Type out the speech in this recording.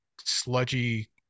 sludgy